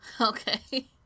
Okay